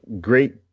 Great